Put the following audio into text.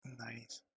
Nice